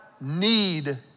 need